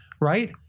Right